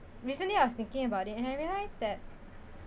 recently I was thinking about it and I realise that